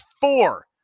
four